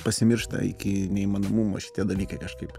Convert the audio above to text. pasimiršta iki neįmanomumo šitie dalykai kažkaip